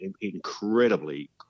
incredibly